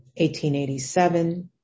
1887